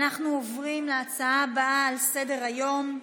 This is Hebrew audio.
אנחנו עוברים להצעה הבאה על סדר-היום,